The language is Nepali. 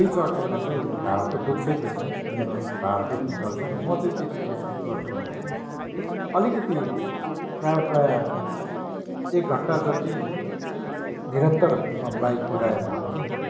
दुई चक्केमा चाहिँ ढाँढ त दुख्छै दुख्छ मेरो ढाँढ दुख्ने गर्छ र म चाहिँ त्यतिबेला चाहिँ के गर्छु भनेदेखि अलिकिति प्रायः प्रायः एकघन्टा जति निरन्तर म बाइक कुदाएँ भनेदेखि